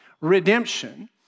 redemption